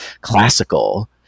classical